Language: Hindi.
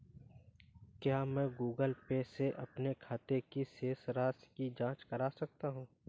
क्या मैं गूगल पे से अपने खाते की शेष राशि की जाँच कर सकता हूँ?